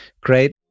great